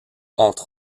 entre